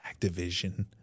Activision